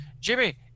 jimmy